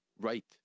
right